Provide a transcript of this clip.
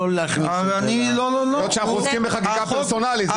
לא להכניס את זה.